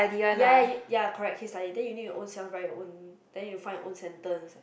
ya ya correct case study then you need to ovrselves write your own then you find your own sentence